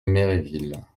méréville